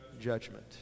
judgment